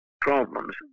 problems